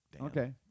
Okay